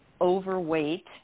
overweight